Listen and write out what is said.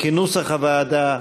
כנוסח הוועדה,